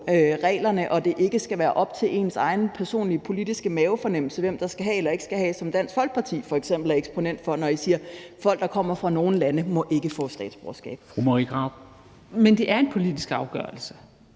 reglerne, og at det ikke skal være op til ens egen personlige politiske mavefornemmelse, hvem der skal have eller ikke skal have, som Dansk Folkeparti f.eks. er eksponent for, når I siger, at folk, der kommer fra nogle lande, ikke må få statsborgerskab. Kl. 17:57 Formanden